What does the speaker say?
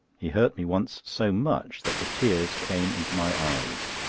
he hurt me once so much that the tears came into my eyes.